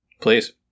Please